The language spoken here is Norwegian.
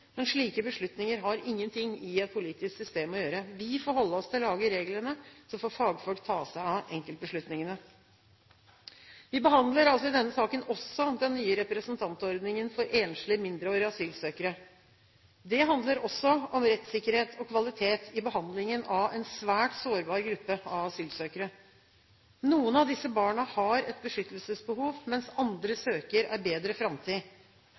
Men slike beslutninger har ingenting i et politisk system å gjøre. Vi får holde oss til å lage reglene, så får fagfolk ta seg av enkeltbeslutningene. Vi behandler i denne saken også den nye representantordningen for enslige, mindreårige asylsøkere. Det handler også om rettssikkerhet og kvalitet i behandlingen av en svært sårbar gruppe av asylsøkere. Noen av disse barna har et beskyttelsesbehov, mens andre søker en bedre framtid.